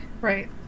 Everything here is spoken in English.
Right